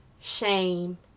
shame